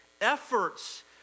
efforts